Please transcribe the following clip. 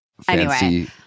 fancy